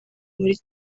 muri